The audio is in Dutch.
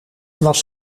was